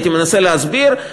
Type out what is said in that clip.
הייתי מנסה להסביר,